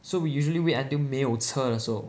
so we usually wait until 没有车的时候